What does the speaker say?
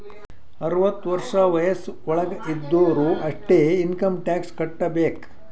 ಅರ್ವತ ವರ್ಷ ವಯಸ್ಸ್ ವಳಾಗ್ ಇದ್ದೊರು ಅಷ್ಟೇ ಇನ್ಕಮ್ ಟ್ಯಾಕ್ಸ್ ಕಟ್ಟಬೇಕ್